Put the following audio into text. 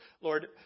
Lord